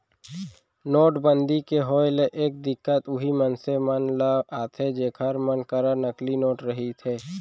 नोटबंदी के होय ले ए दिक्कत उहीं मनसे मन ल आथे जेखर मन करा नकली नोट रहिथे